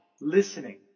listening